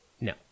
No